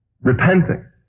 repenting